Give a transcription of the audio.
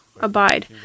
abide